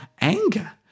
anger